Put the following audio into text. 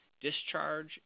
discharge